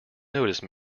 notice